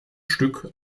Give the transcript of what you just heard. stück